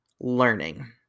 learning